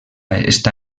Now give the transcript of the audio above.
està